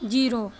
zero